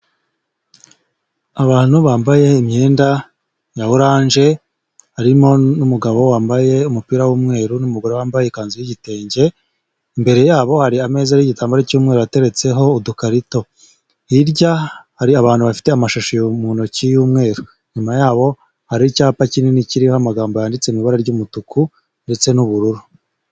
Abantu bambaye imyenda ya oranje, harimo n' numugabo wambaye umupira w'umweru n' umugore wambaye ikanzu yi'igitenge, imbere yabo hari ameza ariho igitambaro cy'umweru ateretseho udukarito, hirya hari abantu bafite amashashi mu ntoki y'umweru, inyuma yaho hariho icyapa kinini kiriho amagambo yanditse mu ibara ry'umutuku ndetse n'ubururu.